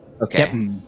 Okay